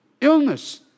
illness